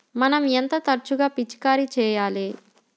మనం ఎంత తరచుగా పిచికారీ చేయాలి?